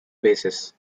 basis